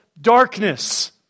darkness